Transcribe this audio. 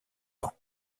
ans